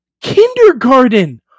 kindergarten